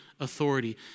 authority